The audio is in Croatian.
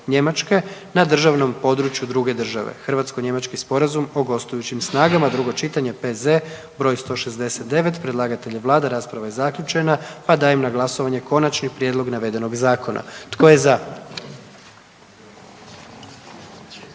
na državnom području druge države (Hrvatsko-Njemački sporazum o gostujućim snagama), drugo čitanje, P.Z. br. 169. Predlagatelj je Vlada, rasprava je zaključena pa dajem na glasovanje konačni prijedlog navedenog zakona. Tko je za?